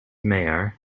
mayor